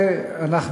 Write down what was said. "ביזיון" זה פרלמנטרי,